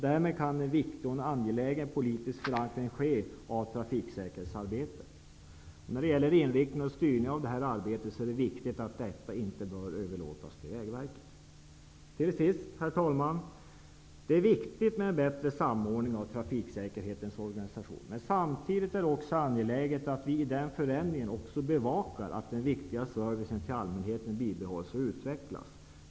Därmed kan en viktig och angelägen politisk förankring ske av trafiksäkerhetsarbetet. Det är viktigt att inriktningen och styrningen av detta arbete inte överlåts till Vägverket. Herr talman! Det är viktigt med en bättre samordning av organisationen av trafiksäkerheten. Men samtidigt är det angeläget att i den förändringen också bevaka att den viktiga servicen till allmänheten bibehålls och utvecklas.